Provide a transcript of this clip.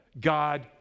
God